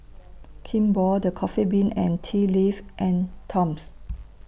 Kimball The Coffee Bean and Tea Leaf and Toms